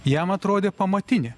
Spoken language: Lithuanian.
jam atrodė pamatinė